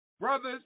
Brothers